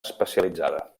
especialitzada